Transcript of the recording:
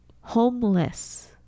homeless